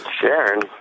Sharon